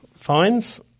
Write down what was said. fines